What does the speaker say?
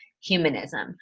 humanism